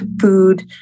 food